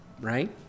Right